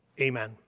Amen